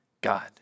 God